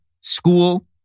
school